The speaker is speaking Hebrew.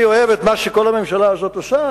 אני אוהב את מה שכל הממשלה הזאת עושה?